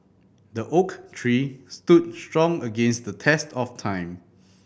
the oak tree stood strong against the test of time